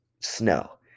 snow